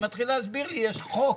ומתחיל להסביר לי שיש חוק.